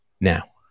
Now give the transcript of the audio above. now